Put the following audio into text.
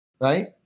right